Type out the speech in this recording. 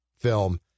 film